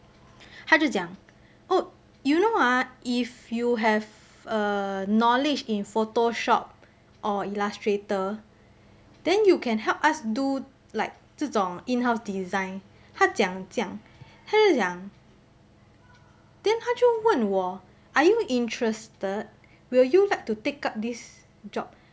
她就讲 oh you know ah if you have a knowledge in photoshop or illustrator then you can help us do like 这种 in-house design 她讲这样她就讲 then 她就问我 are you interested will you like to take up this job